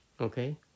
Okay